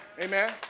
Amen